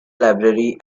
library